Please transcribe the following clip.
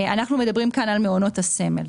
אנחנו מדברים כאן על מעונות הסמל.